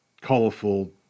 colorful